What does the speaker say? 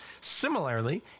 Similarly